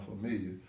familiar